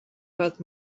both